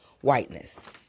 whiteness